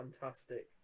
fantastic